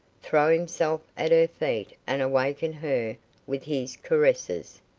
throw himself at her feet, and waken her with his caresses,